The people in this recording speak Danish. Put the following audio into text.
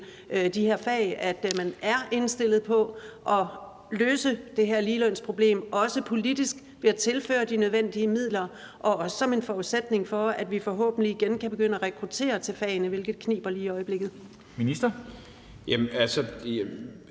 de her fag om, at man er indstillet på at løse det her ligelønsproblem, også politisk ved at tilføre de nødvendige midler og også som en forudsætning for, at vi forhåbentlig igen kan begynde at rekruttere til fagene, hvilke det kniber med lige i øjeblikket?